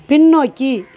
பின்னோக்கி